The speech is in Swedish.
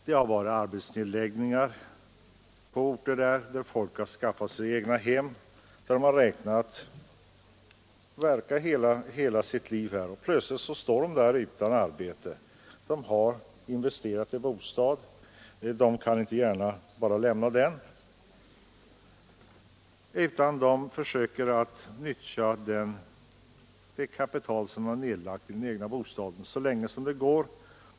Det har varit arbetsnedläggningar på orter där människor har skaffat sig egnahem och där de har räknat med att verka hela sitt liv. Plötsligt står man där utan arbete. Man har investerat i bostad och kan inte gärna bara lämna den utan försöker nyttja det kapital som man nedlagt i den egna bostaden så länge det går.